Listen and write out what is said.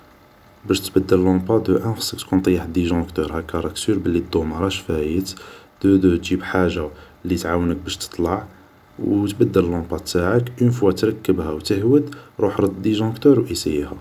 باش تبدل لامبة أولا خاصك تكون مطيح ديجونكتور باش تكون سور الضوء ماراهش فايت دو دو تجيب حاجة لي تعاونك باش تطلع وتبدل لامبة تاعك اون فوا تركبها وتهود روح رد ديجونكتور وسييها.